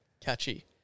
catchy